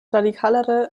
radikalere